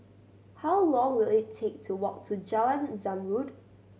how long will it take to walk to Jalan Zamrud